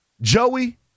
Joey